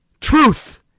Truth